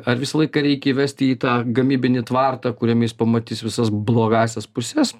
ar visą laiką reikia įvesti į tą gamybinį tvartą kuriame jis pamatys visas blogąsias puses